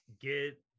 get